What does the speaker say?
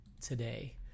today